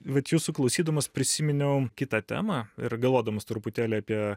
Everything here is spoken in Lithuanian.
vat jūsų klausydamas prisiminiau kitą temą ir galvodamas truputėlį apie